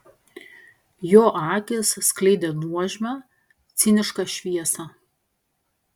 jo akys skleidė nuožmią cinišką šviesą